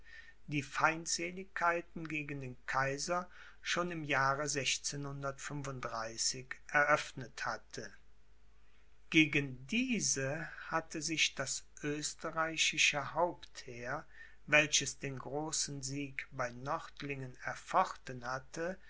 die feindseligkeiten gegen den kaiser schon im jahre eroeffnet hatte gegen diese hatte sich das österreichische hauptheer welches den großen sieg bei nördlingen erfochten hatte